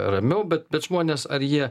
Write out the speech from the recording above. ramiau bet bet žmonės ar jie